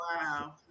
Wow